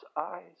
eyes